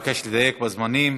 אני מבקש לדייק בזמנים.